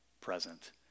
present